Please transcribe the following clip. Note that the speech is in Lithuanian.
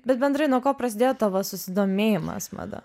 bet bendrai nuo ko prasidėjo tavo susidomėjimas mada